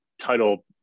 title